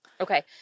Okay